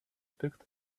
picked